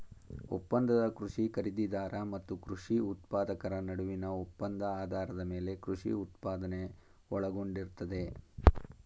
ಒಪ್ಪಂದದ ಕೃಷಿ ಖರೀದಿದಾರ ಮತ್ತು ಕೃಷಿ ಉತ್ಪಾದಕರ ನಡುವಿನ ಒಪ್ಪಂದ ಆಧಾರದ ಮೇಲೆ ಕೃಷಿ ಉತ್ಪಾದನೆ ಒಳಗೊಂಡಿರ್ತದೆ